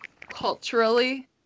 culturally